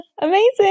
Amazing